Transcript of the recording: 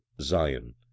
zion